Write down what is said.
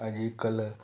अॼुकल्ह